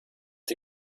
die